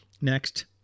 next